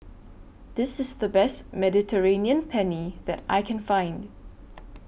This IS The Best Mediterranean Penne that I Can Find